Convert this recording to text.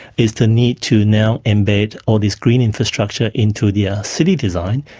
is the need to now embed all this green infrastructure into the ah city design,